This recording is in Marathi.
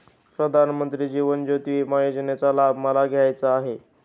प्रधानमंत्री जीवन ज्योती विमा योजनेचा लाभ मला घ्यायचा आहे